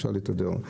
אפשר להתהדר.